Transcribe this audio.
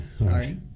sorry